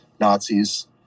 Nazis